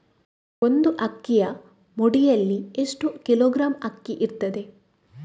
ಒಂದು ಅಕ್ಕಿಯ ಮುಡಿಯಲ್ಲಿ ಎಷ್ಟು ಕಿಲೋಗ್ರಾಂ ಅಕ್ಕಿ ಇರ್ತದೆ?